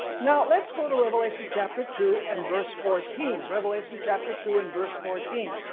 now let's go to revelation chapter two and verse fourteen, revelation chapter two and verse fourteen.